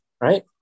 Right